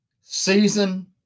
season